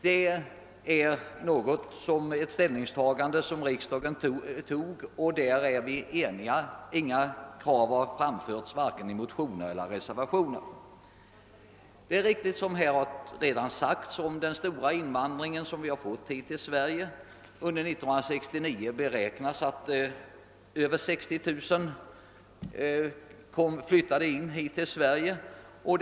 Beträffande detta riksdagens ställningstagande råder enighet, inga andra krav har framförts varken i motioner eller i reservationer. Så som redan framhållits, har det skett en omfattande invandring till Sverige. Under 1969 beräknas över 60 000 personer ha flyttat hit.